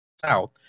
south